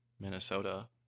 Minnesota